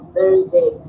Thursday